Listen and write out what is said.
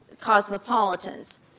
cosmopolitans